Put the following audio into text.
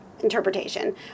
interpretation